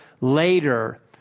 later